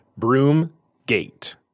Broomgate